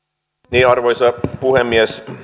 arvoisa puhemies